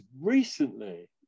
recently